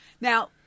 now